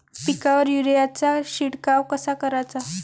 पिकावर युरीया चा शिडकाव कसा कराचा?